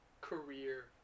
career